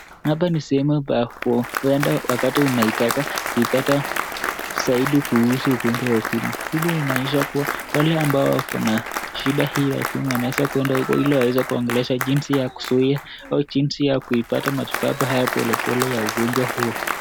Hapa ni sehemu pa kuenda wakati unataka kuipata zaidi kuhusu ugonjwa wa Ukimwi. Hili inaonesha kuwa wale ambao wako na shida hii ya Ukimwi wanaweza kuenda huko ili waweze kuongeleshwa jinsi ya kuzuia au jinsi ya kuipata matibabu haya polepole ya ugonjwa huo.